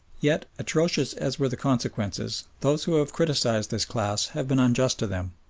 yet, atrocious as were the consequences, those who have criticised this class have been unjust to them.